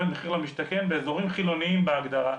מחיר למשתכן באזורים חילוניים בהגדרה,